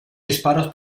disparos